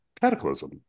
cataclysm